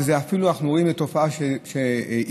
ואנחנו אפילו רואים שתופעה גוברת.